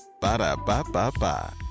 Ba-da-ba-ba-ba